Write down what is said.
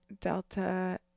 delta